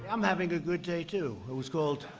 i'm having a good day two whose gold.